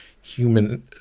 human